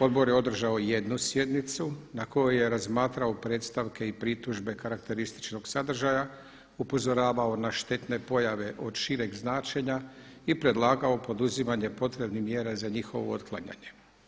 Odbor je održao jednu sjednicu na kojoj je razmatrao predstavke i pritužbe karakterističnog sadržaja, upozoravao na štetne pojave od šireg značenja i predlagao poduzimanje potrebnih mjera za njihovo otklanjanje.